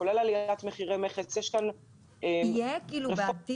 זה כולל גם עליית מחירי מכס --- יהיה בעתיד?